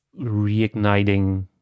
reigniting